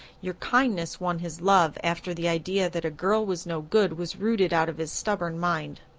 your kindness won his love after the idea that a girl was no good was rooted out of his stubborn mind.